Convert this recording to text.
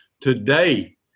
today